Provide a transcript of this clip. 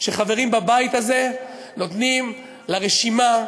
שחברים בבית הזה נותנים לרשימה,